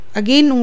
again